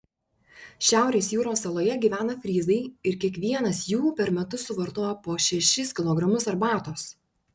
šiaurės jūros saloje gyvena fryzai ir kiekvienas jų per metus suvartoja po šešis kilogramus arbatos